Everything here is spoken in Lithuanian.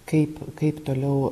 kaip kaip toliau